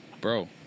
bro